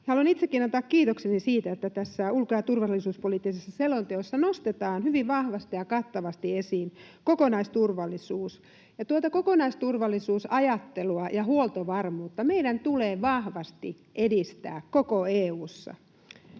haluan itsekin antaa kiitokseni siitä, että tässä ulko- ja turvallisuuspoliittisessa selonteossa nostetaan hyvin vahvasti ja kattavasti esiin kokonaisturvallisuus. Tuota kokonaisturvallisuusajattelua ja huoltovarmuutta meidän tulee vahvasti edistää koko EU:ssa.